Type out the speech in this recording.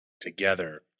together